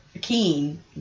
keen